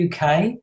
uk